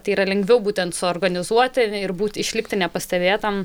tai yra lengviau būtent suorganizuoti ir būti išlikti nepastebėtam